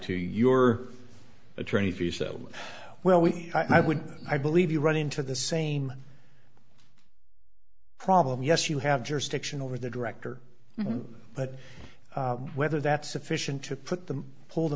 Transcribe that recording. to your attorney if you so well we i would i believe you run into the same problem yes you have jurisdiction over the director but whether that's sufficient to put them pull the